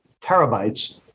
terabytes